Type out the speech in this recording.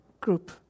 group